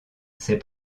ses